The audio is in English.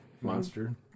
monster